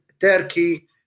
Turkey